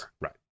Right